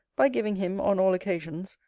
by giving him, on all occasions,